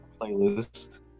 playlist